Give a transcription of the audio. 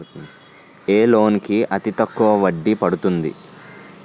ఏ loan కి అతి తక్కువ వడ్డీ పడుతుంది?